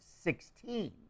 sixteen